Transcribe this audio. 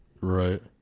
Right